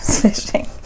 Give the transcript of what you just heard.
fishing